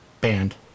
Banned